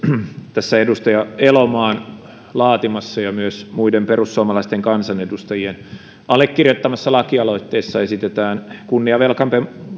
tässä edustaja elomaan laatimassa ja myös muiden perussuomalaisten kansanedustajien allekirjoittamassa lakialoitteessa esitetään kunniavelkamme